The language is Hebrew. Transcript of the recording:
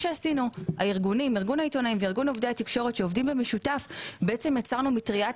ארגון העיתונאים וארגון עובדי התקשורת שעובדים במשותף יצרו מטריית